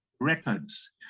records